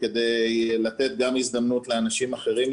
למרות כל הקשיים,